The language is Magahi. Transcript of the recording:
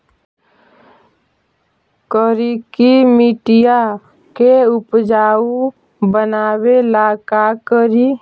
करिकी मिट्टियां के उपजाऊ बनावे ला का करी?